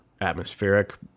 atmospheric